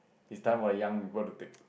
it's time for young people to pick